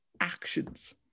actions